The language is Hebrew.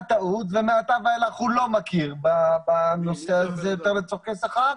טעות ומעתה ואילך הוא לא מכיר בנושא הזה לצורכי שכר.